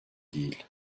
değil